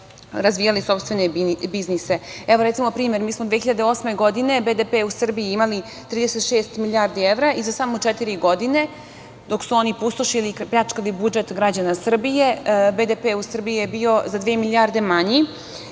razvijali sopstvene biznise. Evo, recimo, primer. Mi smo 2008. godine BDP u Srbiji imali 36 milijardi evra i za samo četiri godine, dok su oni pustošili i pljačkali budžet građana Srbije, BDP u Srbiji je bio za dve milijarde manji.